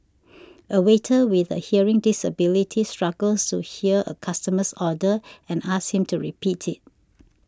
a waiter with a hearing disability struggles to hear a customer's order and asks him to repeat it